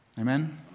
Amen